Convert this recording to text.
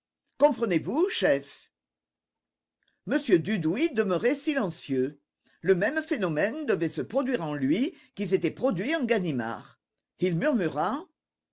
comprenez-vous chef m dudouis demeurait silencieux le même phénomène devait se produire en lui qui s'était produit en ganimard il murmura